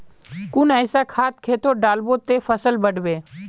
कुन ऐसा खाद खेतोत डालबो ते फसल बढ़बे?